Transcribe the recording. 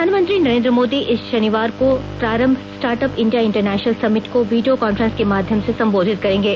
प्रधानमंत्री नरेंद्र मोदी इस शनिवार शाम को Prarambh startup India international summit को वीडियो कांफ्रेंस के माध्यम से संबोधित करेंगे